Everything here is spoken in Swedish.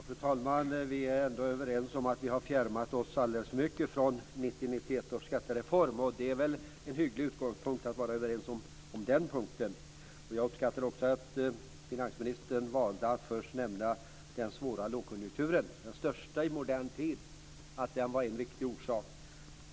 Fru talman! Vi är ändå överens om att vi har fjärmat oss alldeles för mycket från 1990/91 års skattereform. Det är en hygglig utgångspunkt att vara överens om det. Jag uppskattar också att finansministern valde att först nämna den svåra lågkonjunkturen - den största i modern tid - som en viktig orsak.